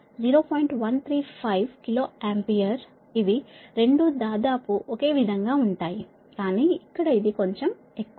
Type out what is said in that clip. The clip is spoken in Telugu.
135 కిలో ఆంపియర్ఇవి 2 దాదాపు ఒకే విధంగా ఉంటాయి కానీ ఇక్కడ ఇది కొంచెం ఎక్కువ